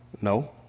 No